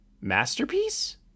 masterpiece